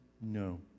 No